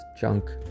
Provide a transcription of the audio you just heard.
junk